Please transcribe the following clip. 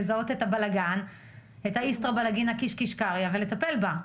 לזהות את הבלגן ולטפל בו.